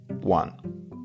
one